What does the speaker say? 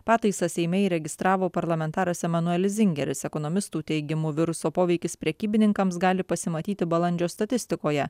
pataisą seime įregistravo parlamentaras emanuelis zingeris ekonomistų teigimu viruso poveikis prekybininkams gali pasimatyti balandžio statistikoje